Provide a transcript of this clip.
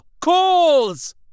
calls